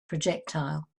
projectile